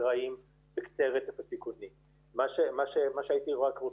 רק שבתפר